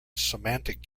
semantic